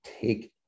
take